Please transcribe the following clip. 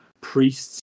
priests